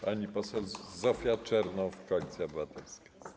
Pani poseł Zofia Czernow, Koalicja Obywatelska.